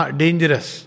dangerous